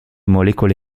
molecole